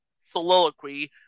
soliloquy